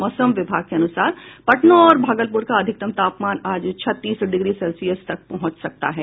मौसम विभाग के अनुसार पटना और भागलपुर का अधिकतम तापमान आज छत्तीस डिग्री सेल्सियस तक पहुंच सकता है